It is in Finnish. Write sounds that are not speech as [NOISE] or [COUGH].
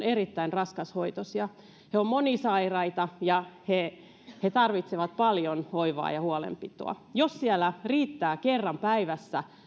[UNINTELLIGIBLE] erittäin raskashoitoisia he ovat monisairaita ja he he tarvitsevat paljon hoivaa ja huolenpitoa jos siellä riittää kerran päivässä